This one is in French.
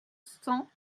cent